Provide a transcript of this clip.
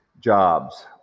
jobs